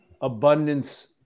abundance